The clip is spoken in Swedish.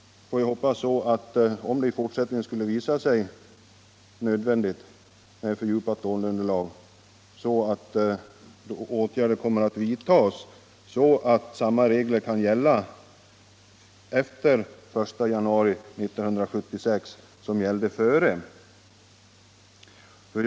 Om det i fortsättningen skulle visa sig nödvändigt med fördjupat låneunderlag hoppas jag att åtgärder kommer att vidtagas så att samma regler kan gälla efter den 1 januari 1976 som gällde före detta datum.